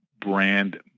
brand